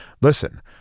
Listen